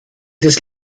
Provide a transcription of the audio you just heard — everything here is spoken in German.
des